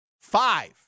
Five